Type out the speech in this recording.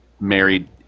married